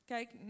Kijk